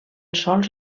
sols